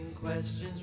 questions